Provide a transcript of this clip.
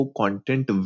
content